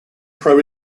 pro